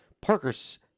Parker's